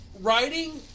Writing